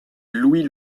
louis